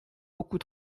beaucoup